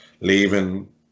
leaving